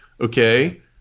Okay